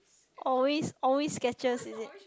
always always Skechers is it